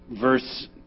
verse